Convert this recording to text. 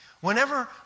Whenever